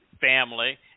family